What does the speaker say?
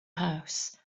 house